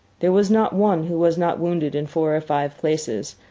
there was not one who was not wounded in four or five places,